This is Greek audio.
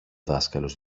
δάσκαλος